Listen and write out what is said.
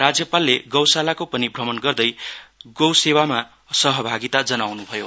राज्यपालले गौसालाको पनि भ्रमण गर्दै गौसेवामा सहभागिता जनाउनु भयो